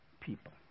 people